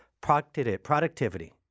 productivity